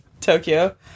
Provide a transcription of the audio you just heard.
Tokyo